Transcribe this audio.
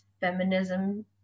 feminism